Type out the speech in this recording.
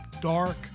dark